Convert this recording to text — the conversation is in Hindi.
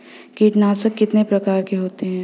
कीटनाशक कितने प्रकार के होते हैं?